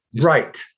Right